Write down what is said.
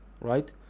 right